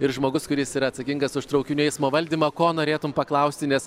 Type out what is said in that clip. ir žmogus kuris yra atsakingas už traukinių eismo valdymą ko norėtum paklausti nes